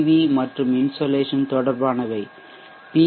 we மற்றும் insolation தொடர்பானவை B